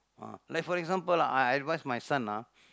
ah like for example lah I I advise my son ah